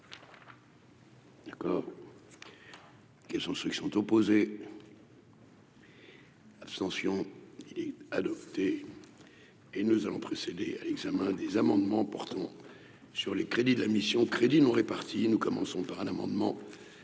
D'accord, son instruction opposé. Abstention adopté et nous allons procéder à l'examen des amendements portant sur les crédits de la mission Crédits non répartis et nous commençons par un amendement